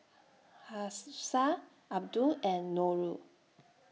Hafsa Abdul and Nurul